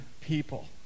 people